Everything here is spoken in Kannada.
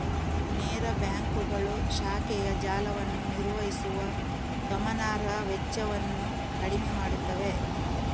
ನೇರ ಬ್ಯಾಂಕುಗಳು ಶಾಖೆಯ ಜಾಲವನ್ನು ನಿರ್ವಹಿಸುವ ಗಮನಾರ್ಹ ವೆಚ್ಚವನ್ನು ಕಡಿಮೆ ಮಾಡುತ್ತವೆ